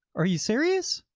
are you serious?